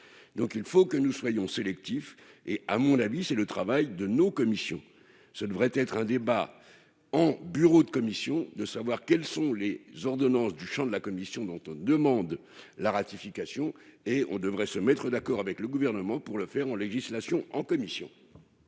donc il faut que nous soyons sélectif et à mon avis, c'est le travail de nos commissions, ce devrait être un débat en bureau de commission de savoir quelles sont les ordonnances du Champ de la commission dont on demande la ratification et on devrait se mettre d'accord avec le gouvernement pour le faire, on législation en commission.